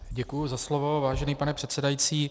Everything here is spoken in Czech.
Děkuji za slovo, vážený pane předsedající.